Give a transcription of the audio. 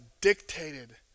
dictated